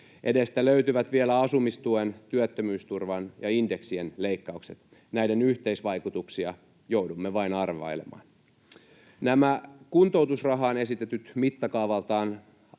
Edestä löytyvät vielä asumistuen, työttömyysturvan ja indeksien leikkaukset. Näiden yhteisvaikutuksia joudumme vain arvailemaan. Nämä kuntoutusrahaan esitetyt mittakaavaltaan